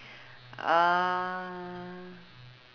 uh